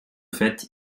fait